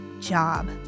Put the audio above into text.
job